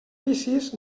vicis